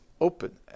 open